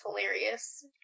hilarious